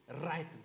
right